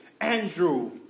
Andrew